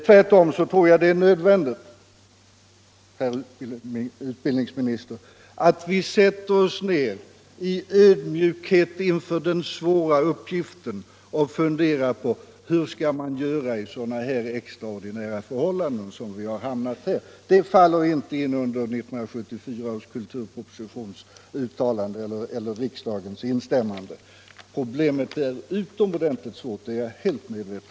Tvärtom tror jag det är nödvändigt, herr utbildningsminister, att vi i ödmjukhet griper oss an med den svåra uppgiften att fundera på hur vi skall göra i extraordinära situationer sådana som vi nu har hamnat i. Det faller inte in under 1974 års kulturpropositions uttalande eller riksdagens instämmande.